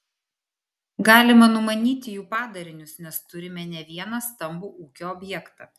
galima numanyti jų padarinius nes turime ne vieną stambų ūkio objektą